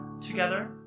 together